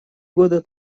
года